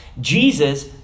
Jesus